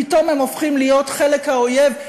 פתאום הם הופכים להיות חלק מהאויב,